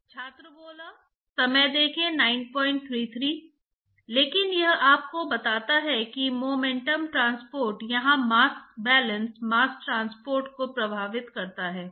तो हम जो भी खाना खाते हैं वह मेरे लिए संसाधित होता है यह छोटी और बड़ी आंत में पोषक तत्वों को निकाला जाता है